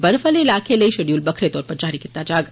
बर्फ आले इलाके लेई शड्यूल बक्खरे तौरे उप्पर जारी कीता जाग